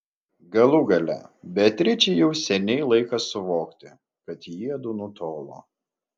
galų gale beatričei jau seniai laikas suvokti kad jiedu nutolo